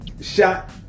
shot